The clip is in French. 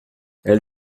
elle